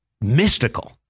mystical